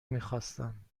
میخواستم